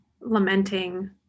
lamenting